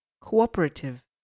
cooperative